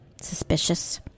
suspicious